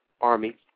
army